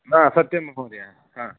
सत्यं महोदयः